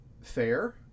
fair